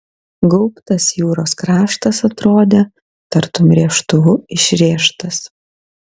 gaubtas jūros kraštas atrodė tartum rėžtuvu išrėžtas